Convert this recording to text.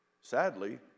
sadly